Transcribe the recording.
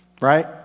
Right